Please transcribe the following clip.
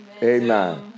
Amen